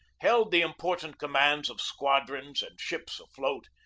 held the important commands of squadrons and ships afloat,